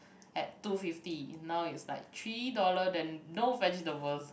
at two fifty now is like three dollar then no vegetables